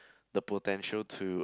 the potential to